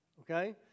okay